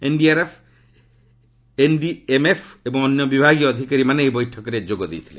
NDRF NDMF ଏବଂ ଅନ୍ୟ ବିଭାଗୀୟ ଅଧିକାରୀମାନେ ଏହି ବୈଠକରେ ଯୋଗ ଦେଇଥିଲେ